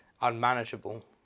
unmanageable